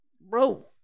bro